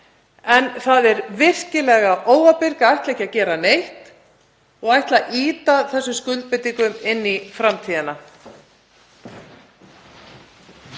En það er virkilega óábyrgt að ætla ekki að gera neitt og ætla að ýta þessum skuldbindingum inn í framtíðina.